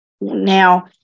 Now